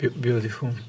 Beautiful